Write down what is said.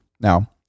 Now